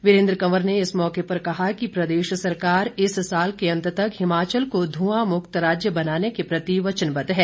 वीरेन्द्र कंवर ने इस मौके पर कहा कि प्रदेश सरकार इस साल के अंत तक हिमाचल को धुंआ मुक्त राज्य बनाने के प्रति वचनबद्ध है